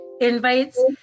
invites